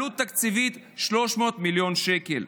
עלות תקציבית, 300 מיליון שקלים.